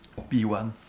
B1